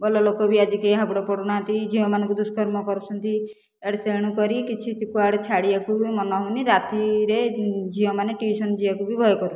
ଭଲ ଲୋକ ବି ଆଜି କେହି ହାବୁଡ଼ ପଡ଼ୁନାହାନ୍ତି ଝିଅ ମାନଙ୍କୁ ଦୁଷ୍କର୍ମ କରୁଛନ୍ତି ଏଆଡୁ ତେଣୁକରି କିଛି କୁଆଡ଼େ ଛାଡ଼ିବାକୁ ବି ମନ ହେଉନି ରାତିରେ ଝିଅ ମାନେ ଟ୍ୟୁସନ ଯିବାକୁ ବି ଭୟ କରୁଛନ୍ତି